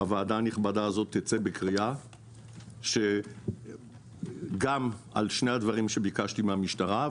הוועדה הנכבדה הזו תצא בקריאה גם על שני הדברים שביקשתי מהמשטרה,